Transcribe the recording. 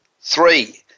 Three